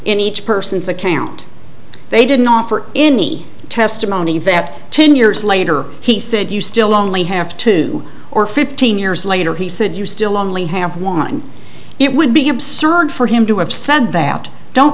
in each person's account they didn't offer any testimony that ten years later he said you still only have two or fifteen years later he said you still only have one it would be absurd for him to have said that don't